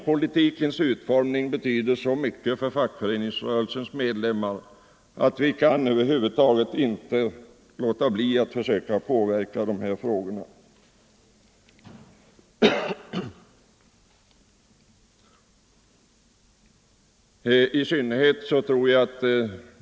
Politikens utformning betyder så mycket för fackföreningsrörelsens medlemmar att vi över huvud taget inte kan låta bli att försöka påverka de politiska frågorna.